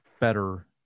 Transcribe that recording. better